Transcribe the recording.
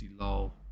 lol